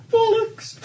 Bollocks